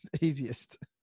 easiest